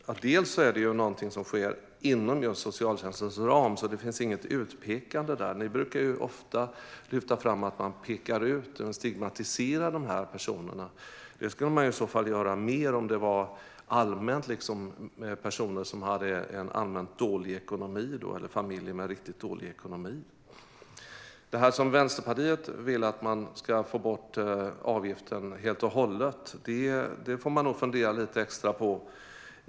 Det är någonting som sker just inom socialtjänstens ram, så det finns inget utpekande i det. Ni brukar ofta lyfta fram att man pekar ut och stigmatiserar de här personerna. Det skulle man göra mer om det allmänt var personer eller familjer med riktigt dålig ekonomi. Vänsterpartiet vill få bort avgiften helt och hållet. Det får man nog fundera lite extra på.